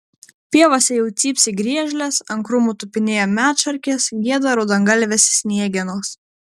pievose jau cypsi griežlės ant krūmų tupinėja medšarkės gieda raudongalvės sniegenos